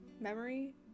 memory